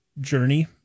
journey